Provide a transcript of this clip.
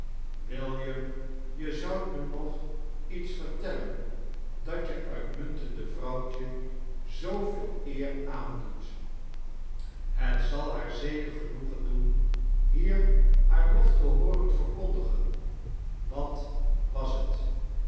william je znudt me nog iets vertelien dat je uitimuntende vrouwt je zwoveel eer aandoet het zal haar zeker genoegen doen hier haar lof te hooren verkondigen wat was t wat het